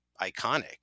iconic